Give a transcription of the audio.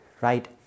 right